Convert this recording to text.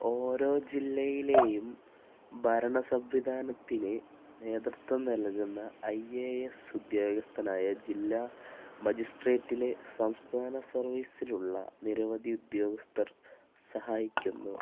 ഓരോ ജില്ലയിലെയും ഭരണ സംവിധാനത്തിനു നേതൃത്വം നൽകുന്ന ഐ എ എസ് ഉദ്യോഗസ്ഥനായ ജില്ലാ മജിസ്ട്രേറ്റിലെ സംസ്ഥാന സര്വീസിലുള്ള നിരവധി ഉദ്യോഗസ്ഥര് സഹായിക്കുന്നു